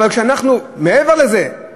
מעבר לזה,